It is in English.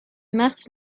must